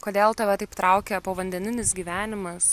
kodėl tave taip traukia povandeninis gyvenimas